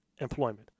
employment